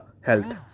health